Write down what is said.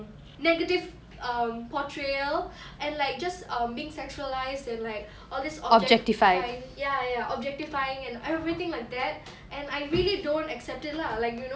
negative um portrayal and like just um being sexualised and like all these objectifying ya ya objectifying and everything like that and I really don't accept it lah like you know